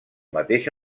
mateix